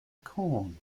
corn